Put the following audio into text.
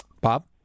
Bob